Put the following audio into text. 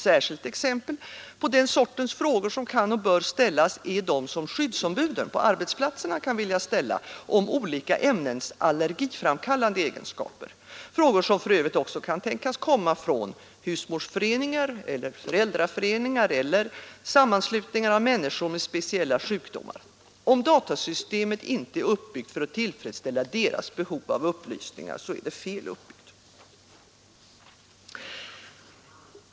Särskilda exempel på det slag av frågor som kan och bör ställas är de som skyddsombuden på arbetsplatserna kan vilja ställa om olika ämnens allergiframkallande egenskaper — frågor som för övrigt också kan tänkas komma från husmodersföreningar, föräldraföreningar eller sammanslutningar av människor med speciella sjukdomar. Om datasystemet inte är uppbyggt för att tillfredsställa deras behov av upplysningar är det fel uppbyggt.